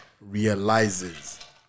realizes